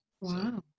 Wow